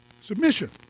Submission